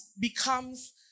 becomes